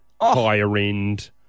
higher-end